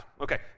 Okay